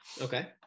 Okay